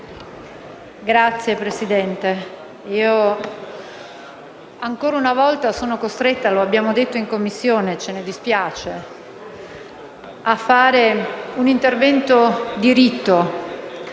Signor Presidente, ancora una volta sono costretta - come abbiamo detto in Commissione e ci dispiace - a fare un intervento di rito;